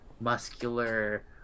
muscular